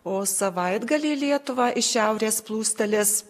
o savaitgalį į lietuvą iš šiaurės plūstelės